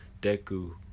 Deku